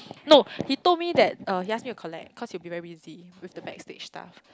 no he told me that uh he ask me to collect cause he will be very busy with the backstage stuff